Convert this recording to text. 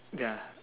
ya